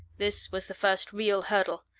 this was the first real hurdle,